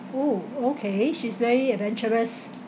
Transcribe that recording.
oh okay she's very adventurous